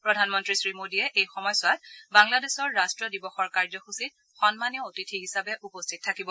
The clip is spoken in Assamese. প্ৰধানমন্ত্ৰী শ্ৰীমোডীয়ে এই সময়ছোৱাত বাংলাদেশৰ ৰাষ্ট্ৰীয় দিৱসৰ কাৰ্যসূচীত সন্মানীয় অতিথি হিচাপেও উপস্থিত থাকিব